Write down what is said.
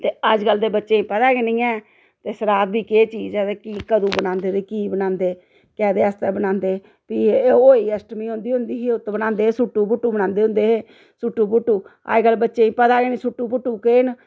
ते अज्जकल दे बच्चें गी पता गै नी ऐ कि सराद बी केह् चीज़ ऐ ते कि कदूं बनांदे ते कि बनांदे कैह्दे आस्तै बनांदे फ्ही एह् होई अश्टमी औंदी औंदी ही ते उत्त बनांदे होंदे हे सुट्टू बुट्टू बनांदे होंदे हे सुट्टू बुट्टू अज्जकल बच्चें गी पता गै नी सुट्टू बुट्टू केह् न